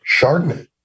Chardonnay